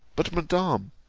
but, madam,